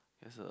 there's a